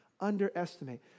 underestimate